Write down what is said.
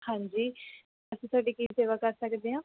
ਹਾਂਜੀ ਅਸੀਂ ਤੁਹਾਡੀ ਕੀ ਸੇਵਾ ਕਰ ਸਕਦੇ ਹਾਂ